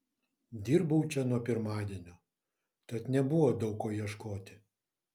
dirbau čia nuo pirmadienio tad nebuvo daug ko ieškoti